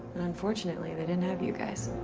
and unfortunately, they didn't have you guys.